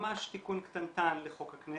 ממש תיקון קטנטנן לחוק הכנסת.